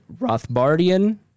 Rothbardian